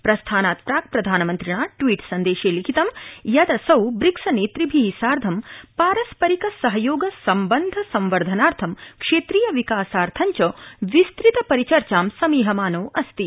प्रस्थानात् प्राक् प्रधानमन्त्रिणा बी सन्देशे लिखितं यत् असौ ब्रिक्स नेतृभि सार्ध पारस्परिक सहयोग सम्बन् संवर्धनार्थं क्षेत्रीय विकासार्थं च विस्तृत परिचर्चां समीहमानो अस्ति